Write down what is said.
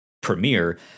Premiere